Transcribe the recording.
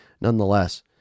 nonetheless